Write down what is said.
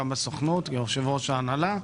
גם בסוכנות כיושב-ראש ההנהלה,